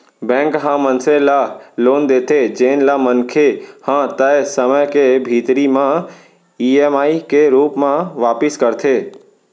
bank ह मनसे ल लोन देथे जेन ल मनखे ह तय समे के भीतरी म ईएमआई के रूप म वापिस करथे